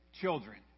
children